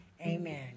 Amen